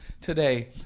today